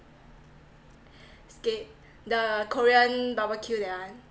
skate the korean barbecue that one